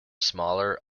smaller